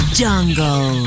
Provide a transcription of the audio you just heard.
jungle